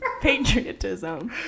patriotism